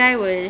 mm